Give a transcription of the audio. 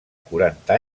quaranta